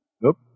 Nope